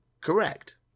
Correct